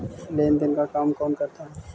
लेन देन का काम कौन करता है?